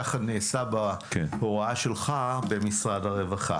כך נעשה בהוראה שלך במשרד הרווחה.